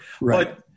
right